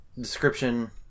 description